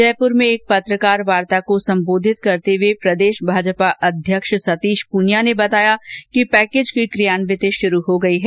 जयपुर में एक पत्रकार वार्ता को संबोधित करते हुए भाजपा प्रदेश अध्यक्ष सतीश पूनिया ने बताया कि पैकेज की कियान्विती शुरू हो गयी है